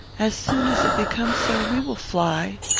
as soon as it becomes so, we will fly.